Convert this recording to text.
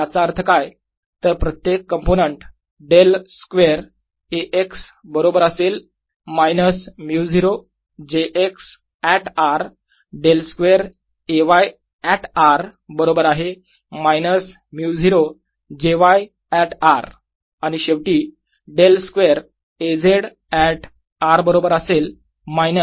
याचा अर्थ काय तर प्रत्येक component del square A x बरोबरअसेल minus μ0 j x at r del square A y at r बरोबर आहे minus μ0 j y at r आणि शेवटी del square A z at r बरोबर असेल minus μ0 j z at r